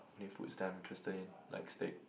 only food is damn interesting like steak